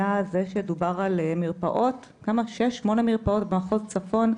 שדובר על שש או שמונה מרפאות במחוז צפון.